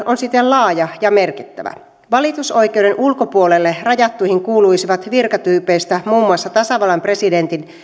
on siten laaja ja merkittävä valitusoikeuden ulkopuolelle rajattuihin kuuluisivat virkatyypeistä muun muassa tasavallan presidentin